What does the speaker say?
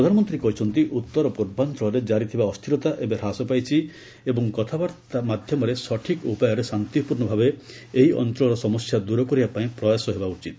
ପ୍ରଧାନମନ୍ତ୍ରୀ କହିଛନ୍ତି ଉତ୍ତର ପୂର୍ବାଞ୍ଚଳରେ ଜାରିଥିବା ଅସ୍ଥିରତା ଏବେ ହ୍ରାସ ପାଇଛି ଏବଂ କଥାବାର୍ତ୍ତା ମାଧ୍ୟମରେ ସଠିକ୍ ଉପାୟରେ ଶାନ୍ତିପୂର୍ଣ୍ଣ ଭାବେ ଏହି ଅଞ୍ଚଳର ସମସ୍ୟା ଦୂର କରିବା ପାଇଁ ପ୍ରୟାସ ହେବା ଉଚିତ୍